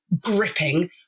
gripping